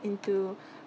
into